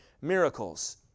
miracles